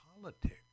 politics